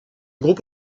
groupe